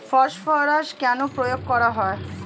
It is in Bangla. ফসফরাস কেন প্রয়োগ করা হয়?